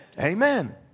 Amen